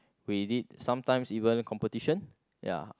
we did sometimes even competition ya